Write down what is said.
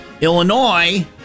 Illinois